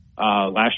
last